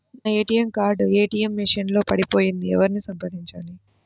నా ATM card ATM machine లో పడిపోయింది ఎవరిని సంప్రదించాలి?